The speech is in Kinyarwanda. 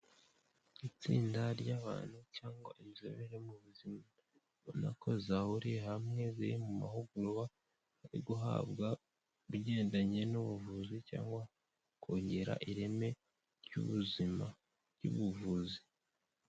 Itsinda ry'abantu cyangwa inzobere mu buzima ubona ko zahuriye hamwe ziri mu mahugurwa ari guhabwa bigendanye n'ubuvuzi cyangwa kongera ireme ry'ubuzima ry'ubuvuzi.